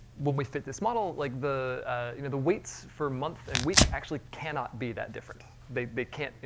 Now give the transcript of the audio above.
we fit this model, like the you know the weights for month and week actually cannot be that different. they they can't,